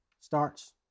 starts